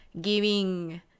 giving